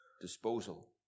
disposal